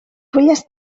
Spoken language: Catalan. fulles